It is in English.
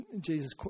Jesus